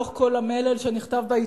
יש משפט אחד בתוך כל המלל שנכתב בעיתונים,